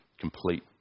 complete